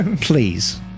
Please